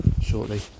shortly